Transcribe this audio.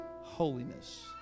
holiness